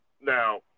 Now